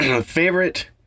Favorite